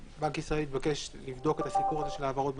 ובנק ישראל התבקש לבדוק את הסיפור הזה של העברות בנקאיות.